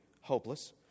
hopeless